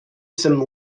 some